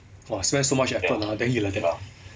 !wah! spend so much effort then he like that ah